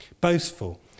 boastful